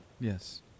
Yes